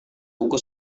buku